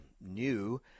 new